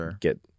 get